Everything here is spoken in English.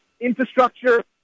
Infrastructure